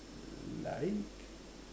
like